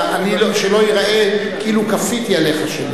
שלא ייראה כאילו כפיתי עליך.